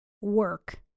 work